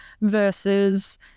versus